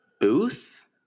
booth